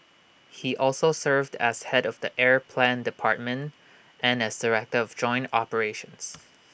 he has also served as Head of the air plan department and as director of joint operations